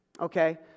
Okay